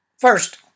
First